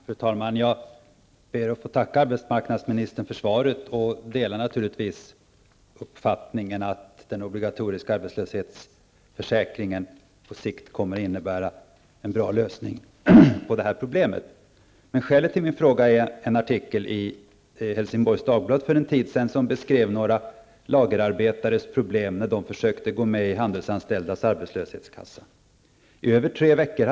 Fru talman! Jag ber att få tacka arbetsmarknadsministern för svaret. Jag delar uppfattningen att den obligatoriska arbetslöshetsförsäkringen på sikt kommer att innebära en bra lösning på problemet. Skälet till min fråga är en artikel i Helsingborgs Dagblad för en tid sedan som beskrev några lagerarbetares problem när de försökte gå med i Handelsanställdas arbetslöshetskassa. De hade försökt i över tre veckor.